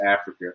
Africa